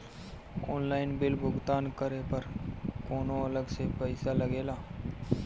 Online bill भुगतान करे पर कौनो अलग से पईसा लगेला?